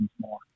more